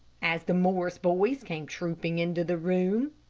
as the morris boys came trooping into the room.